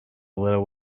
little